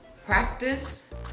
practice